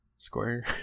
square